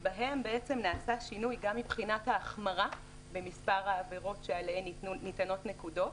שבהן נעשה שינוי גם מבחינת ההחמרה במספר העבירות שעליהן ניתנות נקודות,